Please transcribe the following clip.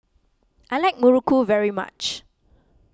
I like Muruku very much